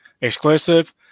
exclusive